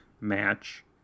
match